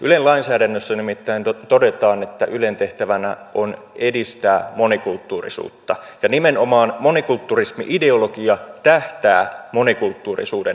ylen lainsäädännössä nimittäin todetaan että ylen tehtävänä on edistää monikulttuurisuutta ja nimenomaan monikulturismi ideologia tähtää monikulttuurisuuden edistämiseen